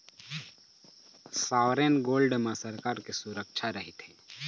sovereign gold म सरकार के सुरक्छा रहिथे